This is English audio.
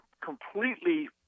completely